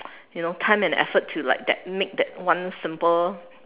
you know time and effort to like that make that one simple